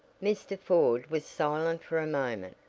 mr. ford was silent for a moment.